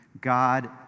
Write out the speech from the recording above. God